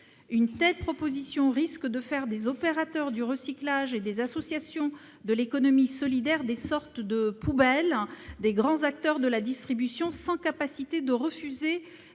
Une telle proposition risque de faire des opérateurs du recyclage et des associations de l'économie solidaire des sortes de « poubelles » des grands acteurs de la distribution, sans capacité de refuser